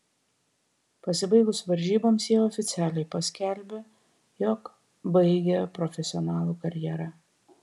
pasibaigus varžyboms jie oficialiai paskelbė jog baigia profesionalų karjerą